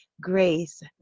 grace